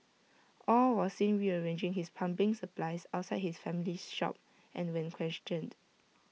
aw was seen rearranging his plumbing supplies outside his family's shop and when questioned